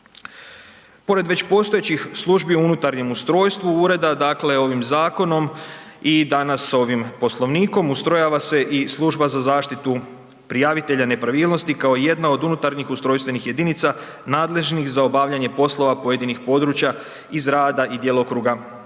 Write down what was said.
Pored već postojećih službi u unutarnjem ustrojstvu ureda, dakle ovim zakonom i danas ovim Poslovnikom, ustrojava se i Služba za zaštitu prijavitelja nepravilnosti kao jedna od unutarnjih ustrojstvenih jedinica nadležnih za obavljanje poslova pojedinih područja iz rada i djelokruga pučkog